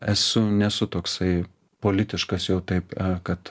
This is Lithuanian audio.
esu nesu toksai politiškas jau taip kad